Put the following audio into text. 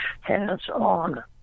hands-on